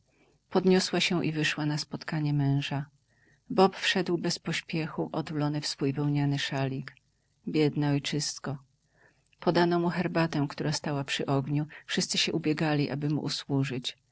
podniosła się i wyszła na spotkanie męża bob wszedł bez pośpiechu otulony w swój wełniany szalik biedne ojczysko podano mu herbatę która stała przy ogniu wszyscy się ubiegali aby mu usłużyć